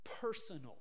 Personal